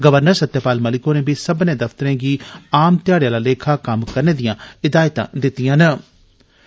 governor Satyapal Malik होरें बी सब्बने दफ्तरें गी आम धेयाड़े आहला लेखा कम्म करने दियां हिदायतां दितियां हीआं